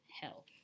health